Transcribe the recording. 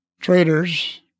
Traders